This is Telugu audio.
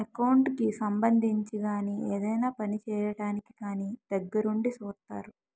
ఎకౌంట్ కి సంబంధించి గాని ఏదైనా పని చేయడానికి కానీ దగ్గరుండి సూత్తారు